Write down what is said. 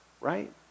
right